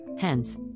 hence